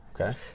Okay